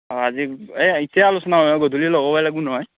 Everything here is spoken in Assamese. অঁ আজি এই ইতায়ে আলোচনা কৰিম গধূলি লগ হবাই লাগবো নহয়